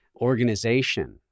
organization